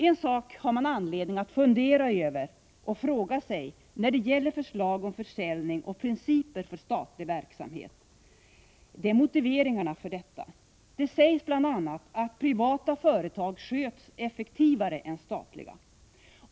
En sak som det finns anledning att fundera över när det gäller förslag om försäljning och principer för statlig verksamhet är motiveringarna för detta. Det sägs bl.a. att privata företag sköts effektivare än statliga.